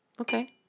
Okay